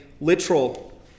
literal